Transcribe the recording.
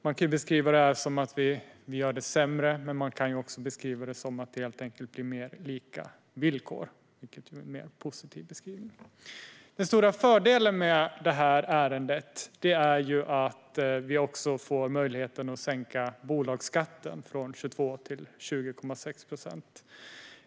Man kan beskriva detta som att vi gör det sämre, men man kan också beskriva det som att det helt enkelt blir mer lika villkor. Det är en mer positiv beskrivning. Den stora fördelen med ärendet är att vi också får möjligheten att sänka bolagsskatten från 22 till 20,6 procent.